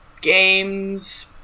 games